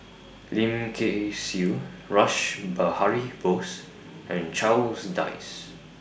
Lim Kay Siu Rash Behari Bose and Charles Dyce